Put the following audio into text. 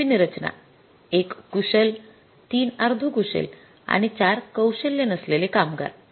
आता नवीन रचना १ कुशल ३ अर्धकुशल आणि ४ कौशल्य नसलेले कामगार